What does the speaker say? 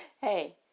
Hey